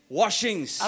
washings